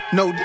no